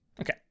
okay